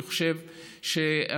אני חושב שהנושא,